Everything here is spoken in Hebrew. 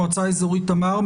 מועצה אזורית תמר,